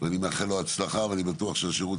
ואני מאחל לו הצלחה ואני בטוח שהשירות